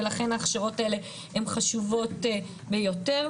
ולכן ההכשרות האלה הן חשובות ביותר.